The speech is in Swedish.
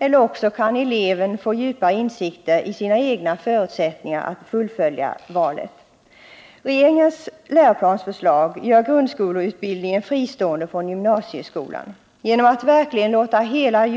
Eleven kan också få djupare insikter i sina egna förutsättningar för att fullfölja sitt val. Regeringens läroplansförslag gör grundskoleutbildningen fristående från gymnasieskolan. Genom att verkligen låta hela